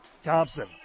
Thompson